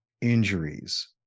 injuries